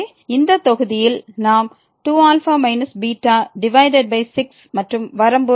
எனவே இந்த தொகுதியில் நாம் 2α−β டிவைடட் பை 6 மற்றும் வரம்பு x→0